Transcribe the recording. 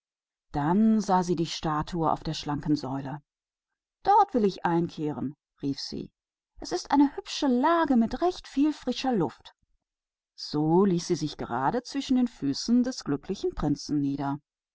da sah er das standbild auf der hohen säule hier will ich absteigen rief er es hat eine hübsche lage und viel frische luft und damit ließ er sich gerade zwischen den füßen des glücklichen prinzen nieder